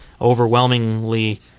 overwhelmingly